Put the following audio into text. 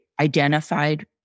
identified